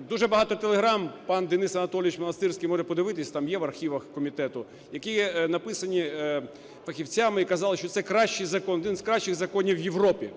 дуже багато телеграм, пан Денис Анатолійович Монастирський може подивитися, там є в архівах комітету, які написані фахівцями, і казали, що це – кращий закон, один з кращих законів в Європі